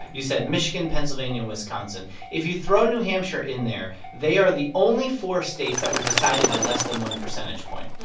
you said michigan, pennsylvania and wisconsin. if you throw new hampshire in there, they are the only four states that were decided by less than one percentage point. yeah